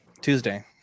Tuesday